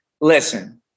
Listen